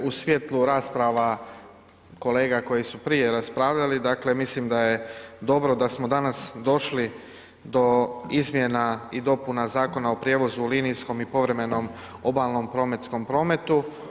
U svjetlu rasprava kolega koji su prije raspravljali, dakle mislim da je dobro da smo danas došli do izmjena i dopuna Zakona o prijevozu u linijskom i povremenom obalnom pomorskom prometu.